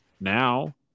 Now